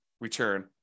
return